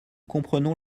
comprenons